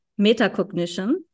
metacognition